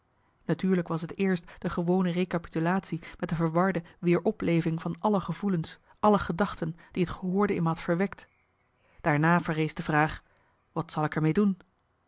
natuurlijk was t eerst de gewone recapitulatie met de verwarde weer opleving van alle gevoelens alle marcellus emants een nagelaten bekentenis gedachten die het gehoorde in me had verwekt daarna verrees de vraag wat zal ik er mee doen